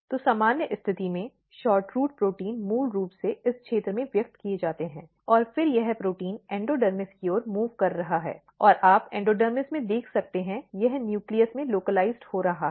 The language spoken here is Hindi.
तो सामान्य स्थिति में SHORTROOT प्रोटीन मूल रूप से इस क्षेत्र में व्यक्त किए जाते हैं और फिर यह प्रोटीन एंडोडर्मिस की ओर मूव़कर रहा है और आप एंडोडर्मिस में देख सकते हैं यह न्यूक्लियस में स्थानीयकृत हो रहा है